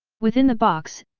within the box,